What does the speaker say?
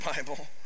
Bible